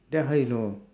then how you know